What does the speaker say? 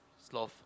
sloth